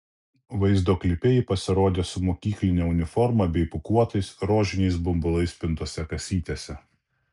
vaizdo klipe ji pasirodė su mokykline uniforma bei pūkuotais rožiniais bumbulais pintose kasytėse